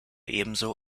ebenso